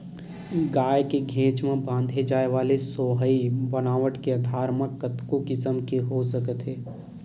गाय के घेंच म बांधे जाय वाले सोहई बनावट के आधार म कतको किसम के हो सकत हे